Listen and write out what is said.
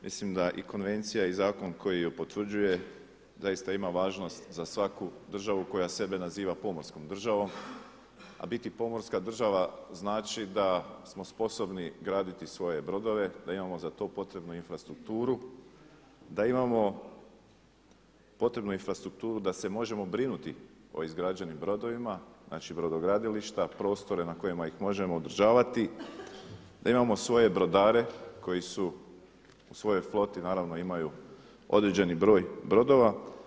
Mislim da i konvencija i zakon koji je potvrđuje zaista ima važnost za svaku državu koja sebe naziva pomorskom državu, a biti pomorska država znači da smo sposobni graditi svoje brodove, da imamo za to potrebnu infrastrukturu, da imamo potrebnu infrastrukturu da se možemo brinuti o izgrađenim brodovima znači brodogradilišta, prostore na kojima ih možemo održavati, da imamo svoje brodare koji su u svojoj floti naravno imaju određeni broj brodova.